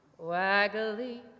waggly